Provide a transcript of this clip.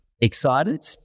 excited